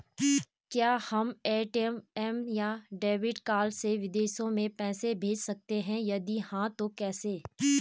क्या हम ए.टी.एम या डेबिट कार्ड से विदेशों में पैसे भेज सकते हैं यदि हाँ तो कैसे?